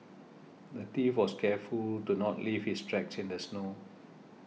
the thief was careful to not leave his tracks in the snow